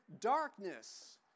darkness